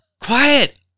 Quiet